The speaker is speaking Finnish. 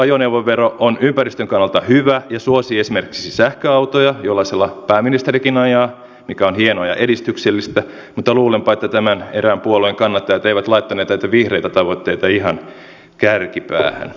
sinänsä ajoneuvovero on ympäristön kannalta hyvä ja suosii esimerkiksi sähköautoja jollaisella pääministerikin ajaa mikä on hienoa ja edistyksellistä mutta luulenpa että tämän erään puolueen kannattajat eivät laittaneet näitä vihreitä tavoitteita ihan kärkipäähän